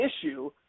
issue